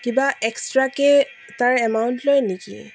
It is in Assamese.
কিবা এক্সট্ৰাকৈ তাৰ এমাউণ্ট লয় নেকি